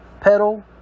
pedal